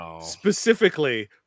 specifically